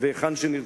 והיכן לא.